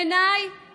בעיניי